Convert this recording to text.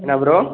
என்ன ப்ரோ